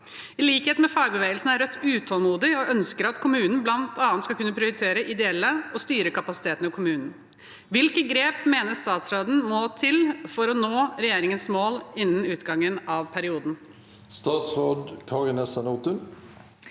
I likhet med fagbevegelsen er Rødt utålmodige og ønsker at kommunene blant annet skal kunne prioritere ideelle aktører og styre kapasiteten i kommunen. Hvilke grep mener statsråden må til for å nå regjeringens mål innen utgangen av perioden?»